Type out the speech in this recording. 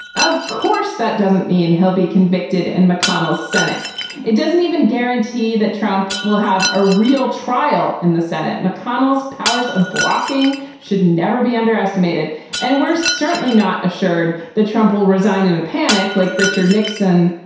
of course that doesn't mean he'll be convicted in mcconnell's senate it doesn't even guarantee that trump will have a real trial in the senate. mcconnell's powers of blocking should never be underestimated and we're certainly not assured that trump will resign in a panic like richard nixon